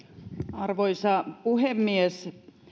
arvoisa puhemies